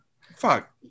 Fuck